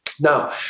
Now